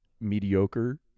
mediocre